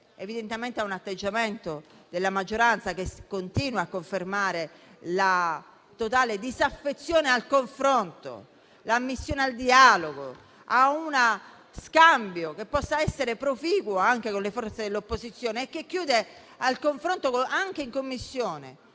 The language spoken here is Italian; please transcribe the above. si unisce l'atteggiamento della maggioranza, che continua a confermare la totale disaffezione al confronto, al dialogo e ad uno scambio che possa essere proficuo anche con le forze dell'opposizione e che chiude al confronto anche in Commissione,